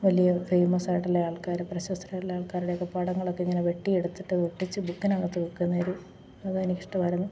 വലിയ ഫേയ്മസ് ആയിട്ടുള്ള ആൾക്കാർ പ്രശസ്തരായിട്ടുള്ള ആൾക്കാരുടെ ഒക്കെ പടങ്ങളൊക്കെ ഇങ്ങനെ വെട്ടിയെടുത്തിട്ടത് ഒട്ടിച്ച് ബുക്കിനകത്ത് വെക്കുന്ന ഒരു അത് എനിക്ക് ഇഷ്ടമായിരുന്നു